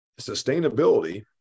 Sustainability